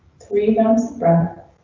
three pounds but